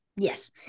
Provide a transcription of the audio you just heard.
Yes